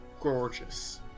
gorgeous